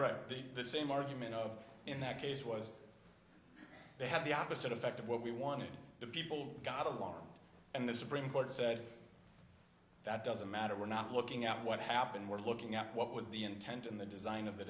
credit the same argument of in that case was they had the opposite effect of what we wanted the people got along and the supreme court said that doesn't matter we're not looking at what happened we're looking at what was the intent in the design of the